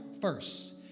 first